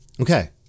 Okay